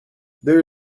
there